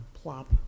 plop